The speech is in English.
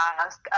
ask